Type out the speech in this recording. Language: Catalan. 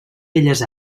belles